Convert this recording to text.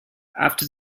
after